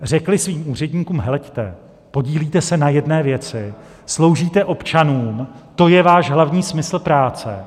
Řekly svým úředníkům: Heleďte, podílíte se na jedné věci, sloužíte občanům, to je váš hlavní smysl práce.